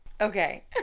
Okay